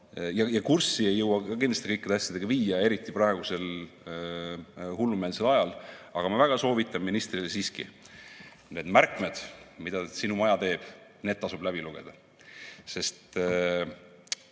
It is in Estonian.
Ka kurssi ei jõua end kindlasti kõikide asjadega viia, eriti praegusel hullumeelsel ajal. Aga ma väga soovitan ministrile siiski: need märkmed, mida sinu maja teeb, tasub läbi lugeda.